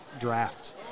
draft